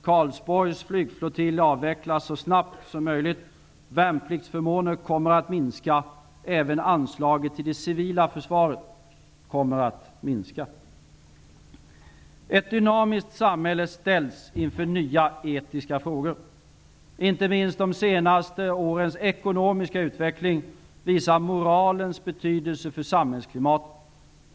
Karlsborgs flygflottilj avvecklas så snabbt som möjligt. Värnpliktsförmåner kommer att minska. Även anslagen till det civila försvaret kommer att minskas. Ett dynamiskt samhälle ställs inför nya etiska frågor. Inte minst de senaste årens ekonomiska utveckling visar moralens betydelse för samhällsklimatet.